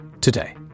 Today